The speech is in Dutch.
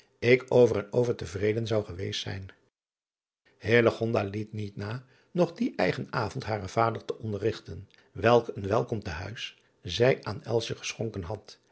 ik over en over te vreden zou geweest zijn liet niet na nog dien eigen avond haren vader te onderrigten welke een welkom te huis zij aan geschonken had